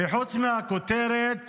וחוץ מהכותרת